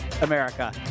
America